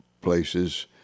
places